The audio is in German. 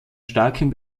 starken